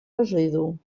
residu